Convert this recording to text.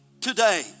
today